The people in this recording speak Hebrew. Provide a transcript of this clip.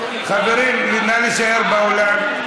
חברים, נא להישאר באולם.